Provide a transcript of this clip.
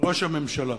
ראש הממשלה.